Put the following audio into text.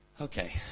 Okay